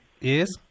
Yes